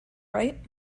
right